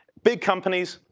big companies,